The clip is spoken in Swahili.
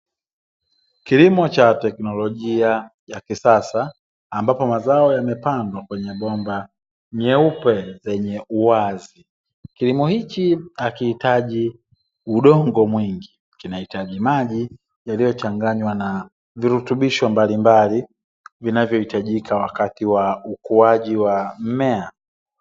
Kilimo cha teknolojia ya kisasa ambapo mazao yamepandwa kwenye bomba nyeupe zenye uwazi, kilimo hichi hakiitaji udongo mwingi kinahitaji maji yaliyochanganywa na virutubisho mbalimbali vinavyohitajika wakati wa ukuaji wa mmea.